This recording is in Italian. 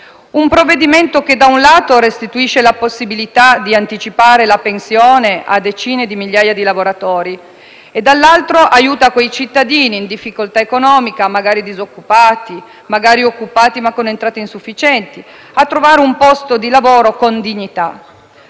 Un provvedimento che da un lato restituisce la possibilità di anticipare la pensione a decine di migliaia di lavoratori e, dall'altro, aiuta quei cittadini in difficoltà economica, magari disoccupati, magari occupati ma con entrate insufficienti, a trovare un posto di lavoro con dignità.